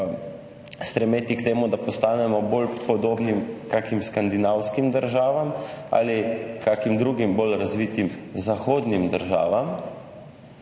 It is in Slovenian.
stremeti k temu, da postanemo bolj podobni kakim skandinavskim državam ali kakim drugim bolj razvitim zahodnim državam,